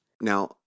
Now